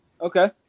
Okay